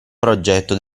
progetto